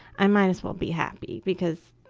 i might as well be happy because,